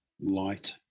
light